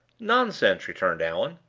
nonsense! returned allan.